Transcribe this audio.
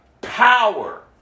power